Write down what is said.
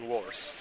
Wars